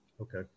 Okay